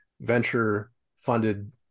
venture-funded